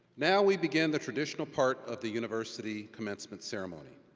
now we begin the traditional part of the university commencement ceremony,